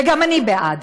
וגם אני בעד.